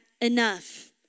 enough